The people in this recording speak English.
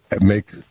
make